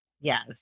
Yes